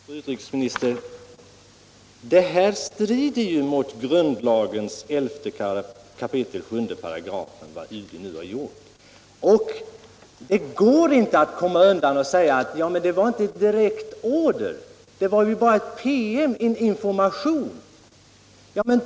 Herr talman! Men, fru utrikesminister, vad UD nu gjort strider ju mot grundlagens 11 kap. 7 §. Det går inte att komma undan med att säga: Det var inte direkta order, det var bara en PM, en upplysning.